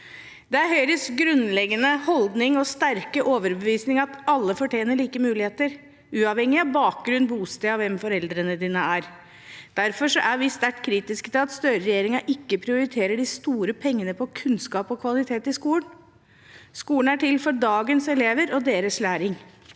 Det er Høyres grunnleggende holdning og sterke overbevisning at alle fortjener like muligheter, uavhen gig av bakgrunn, bosted og hvem foreldrene er. Derfor er vi sterkt kritiske til at Støre-regjeringen ikke prioriterer de store pengene på kunnskap og kvalitet i skolen. Skolen er til for dagens elever og deres læring.